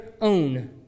own